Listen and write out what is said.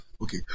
Okay